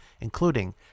including